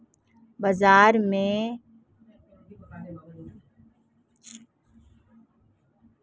बाजरा के लिए अच्छे बीजों के नाम क्या हैं?